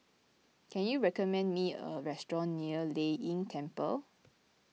can you recommend me a restaurant near Lei Yin Temple